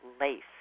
lace